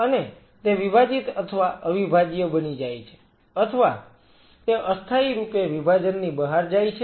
અને તે વિભાજીત અથવા અવિભાજ્ય બની જાય છે અથવા તે અસ્થાયીરૂપે વિભાજનની બહાર જાય છે